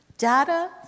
Data